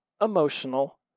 emotional